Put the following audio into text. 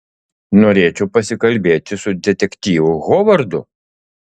norėčiau pasikalbėti su detektyvu hovardu